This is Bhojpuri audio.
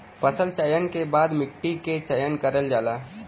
फसल चयन के बाद मट्टी क चयन करल जाला